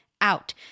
out